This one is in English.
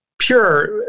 pure